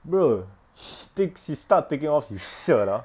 brother he sti~ he start taking off his shirt ah